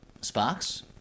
Sparks